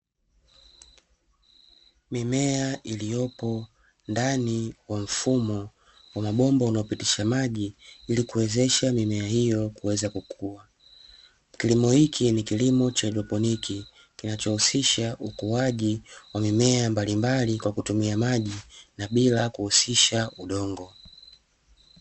Mimea iliyopo ndani wa mfumo unabomba unaopitisha maji ili kuwezesha mimea hiyo kuweza kukua, kilimo hiki ni kilimo cha haidroponiki kinachohusisha ukuaji wa mimea mbalimbali kwa kutumia maji na bila kuhusisha udongo.